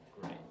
great